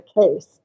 case